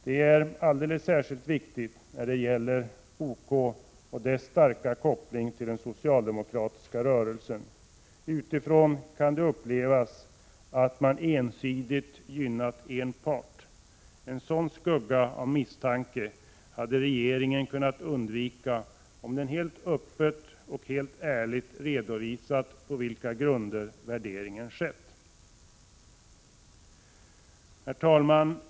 Detta är alldeles särskilt viktigt när det gäller OK och dess starka koppling till den socialdemokratiska rörelsen. Utifrån kan det upplevas som att man ensidigt gynnar en part. En sådan skugga av misstanke hade regeringen kunnat undvika om den helt öppet och ärligt hade redovisat på vilka grunder värderingen har skett. Herr talman!